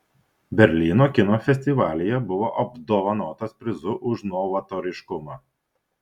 berlyno kino festivalyje buvo apdovanotas prizu už novatoriškumą